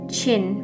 Chin